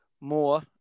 more